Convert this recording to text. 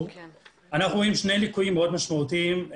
אנחנו רואים שני ליקויים מאוד משמעותיים,